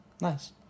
Nice